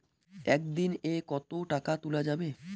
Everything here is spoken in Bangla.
একদিন এ কতো টাকা তুলা যাবে?